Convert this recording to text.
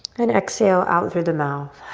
and exhale out through the mouth.